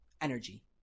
energy